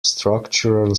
structural